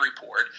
report